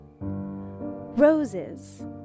roses